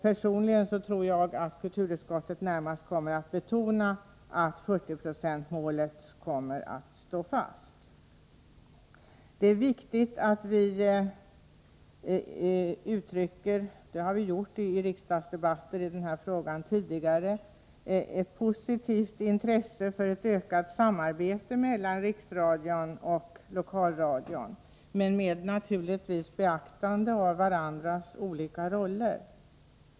Personligen tror jag att kulturutskottet närmast kommer att betona att målet på 40 26 kommer att stå fast. Det är viktigt att vi uttrycker — och det har vi gjort i riksdagsdebatter i den här frågan tidigare — ett positivt intresse för ett ökat samarbete mellan Riksradion och Lokalradion, naturligtvis med beaktande av företagens olika roller.